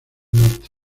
norte